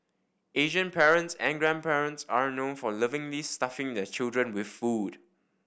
Asian parents and grandparents are known for lovingly stuffing their children with food